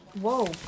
Whoa